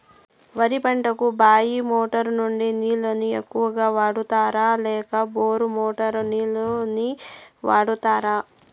వరి పంటకు బాయి మోటారు నుండి నీళ్ళని ఎక్కువగా వాడుతారా లేక బోరు మోటారు నీళ్ళని వాడుతారా?